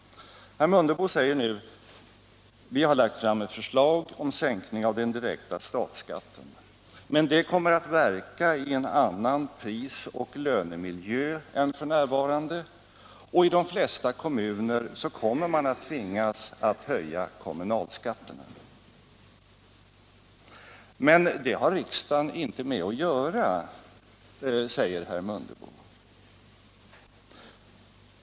Herr Mundebo säger nu att regeringen har lagt fram ett förslag om sänkning av den direkta statsskatten, som dock kommer att verka i en annan pris och lönemiljö än f.n. och att man i de flesta kommuner kommer att tvingas höja kommunalskatten. Men herr Mundebo säger också att detta är något som riksdagen inte har att ta ställning till.